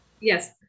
Yes